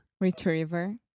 Retriever